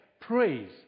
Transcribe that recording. praise